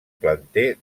planter